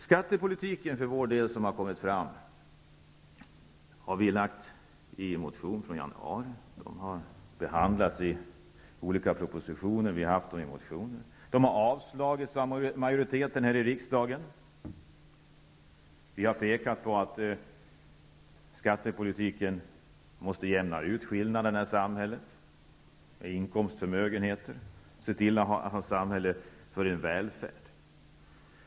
Vi har för vår del presenterat vår skattepolitik i en motion som väcktes i januari. De frågorna har behandlats i olika propositioner, och vi har väckt motioner. Våra förslag har avslagits av majoriteten här i riksdagen. Vi har pekat på att skattepolitiken måste jämna ut skillnaderna i samhället när det gäller inkomster och förmögenheter. Vi måste se till att få ett samhälle som står för välfärd.